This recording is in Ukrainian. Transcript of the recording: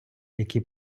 який